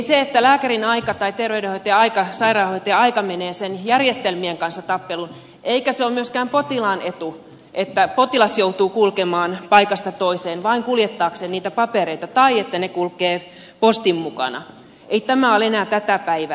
se että lääkärin aika tai terveydenhoitajan aika sairaanhoitajan aika menee järjestelmien kanssa tappeluun eikä se ole myöskään potilaan etu että potilas joutuu kulkemaan paikasta toiseen vain kuljettaakseen niitä papereita tai että ne kulkevat postin mukana ei ole enää tätä päivää